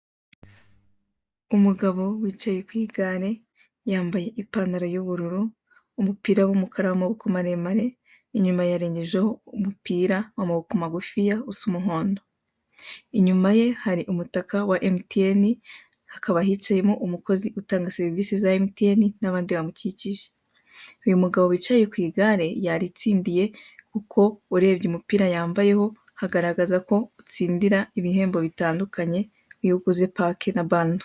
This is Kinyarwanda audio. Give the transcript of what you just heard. Umugabo wicaye ku igare yambaye ipantaro y'ubururu umupira w'umukara w'amaboko maremare inyuma yarengejeho umupira w'amaboko magufiya usa umuhondo. Inyuma ye hari umutaka wa MTN hakaba hicayemo umukozi utanga serivisi za MTN n'abandi bamucyicyije, uyu mugabo wicaye kwigare yaritsindiye kuko urebye umupira yambaye hagaragazako utsindira ibihbo bitandukanye iyo ugize pake na bando.